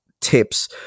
tips